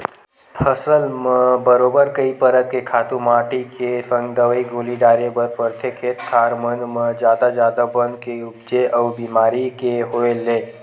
फसल म बरोबर कई परत के तो खातू माटी के संग दवई गोली डारे बर परथे, खेत खार मन म जादा जादा बन के उपजे अउ बेमारी के होय ले